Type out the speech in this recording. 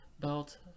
belt